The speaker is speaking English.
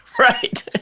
Right